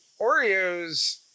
Oreos